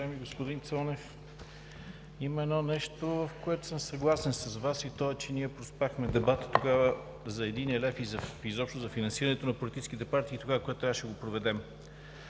Уважаеми господин Цонев, има едно нещо, в което съм съгласен с Вас, и то е, че ние проспахме тогава дебата за единия лев и изобщо за финансирането на политическите партии – тогава, когато трябваше да го проведем.